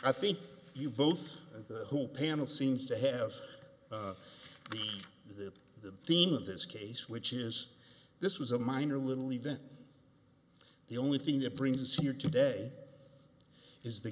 i think you both who panel seems to have the the theme of this case which is this was a minor little event the only thing that brings here today is the